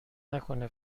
نکنه